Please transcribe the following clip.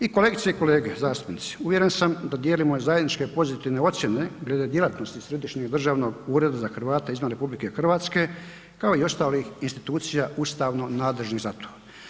I kolegice i kolege zastupnici, uvjeren sam da dijelom zajedničke pozitivne ocjene glede djelatnosti Središnjeg državnog ureda za Hrvate izvan RH kao i ostalih institucija ustavno nadležnih za to.